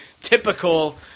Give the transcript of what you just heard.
typical –